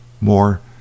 More